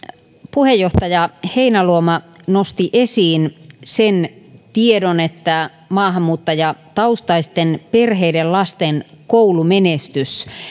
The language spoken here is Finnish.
puheenjohtaja heinäluoma nosti esiin sen tiedon että maahanmuuttajataustaisten perheiden lasten koulumenestys